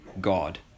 God